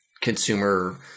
Consumer